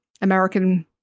American